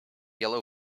yellow